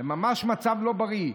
זה ממש מצב לא בריא.